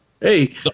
Hey